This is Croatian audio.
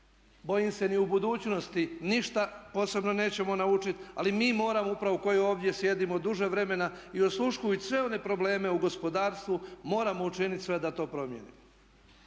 bojim se ni u budućnosti, ništa posebno nećemo naučiti. Ali mi moramo upravo koji ovdje sjedimo duže vremena i osluškujući sve one probleme u gospodarstvu moramo učiniti sve da to promijenimo.